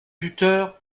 buteur